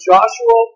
Joshua